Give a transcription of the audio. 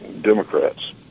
Democrats